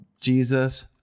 Jesus